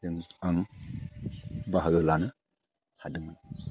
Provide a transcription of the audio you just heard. जों आं बाहागो लानो हादोंमोन